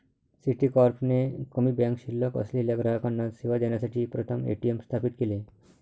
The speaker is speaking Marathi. सिटीकॉर्प ने कमी बँक शिल्लक असलेल्या ग्राहकांना सेवा देण्यासाठी प्रथम ए.टी.एम स्थापित केले